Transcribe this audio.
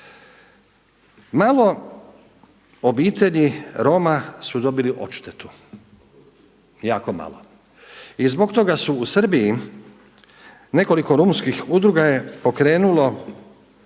Malo obitelji Roma su dobili odštetu, jako malo i zbog toga su u Srbiji nekoliko romskih udruga je pokrenulo